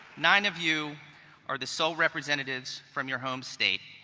nine of you are the soul representatives from your home state.